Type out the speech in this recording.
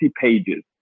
pages